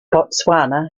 botswana